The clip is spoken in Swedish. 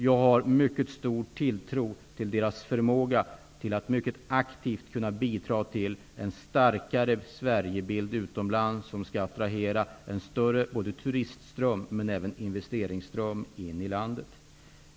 Jag har mycket stor tilltro till Styrelsen för Sverigebildens förmåga att mycket aktivt kunna bidra till en starkare Sverigebild utomlands, som attraherar en större både turistström och investeringsström.